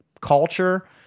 culture